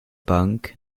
bank